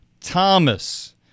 Thomas